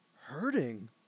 hurting